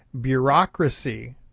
bureaucracy